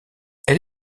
elle